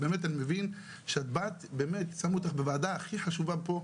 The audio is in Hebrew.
ואני מבין ששמו אותך בוועדה הכי חשובה פה,